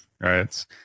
right